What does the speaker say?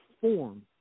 form